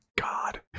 God